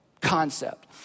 Concept